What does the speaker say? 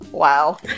Wow